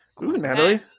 Natalie